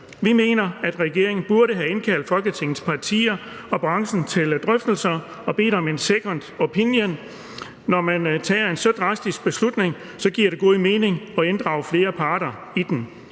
Vi mener, at regeringen burde have indkaldt Folketingets partier og branchen til drøftelser og bedt om en second opinion. Når man tager en så drastisk beslutning, giver det god mening at inddrage flere parter.